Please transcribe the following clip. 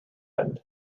and